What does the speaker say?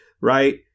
right